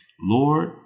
Lord